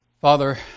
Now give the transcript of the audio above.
Father